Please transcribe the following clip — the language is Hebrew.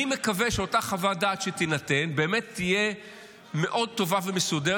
אני מקווה שאותה חוות דעת שתינתן באמת תהיה מאוד טובה ומסודרת,